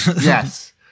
Yes